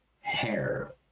Hair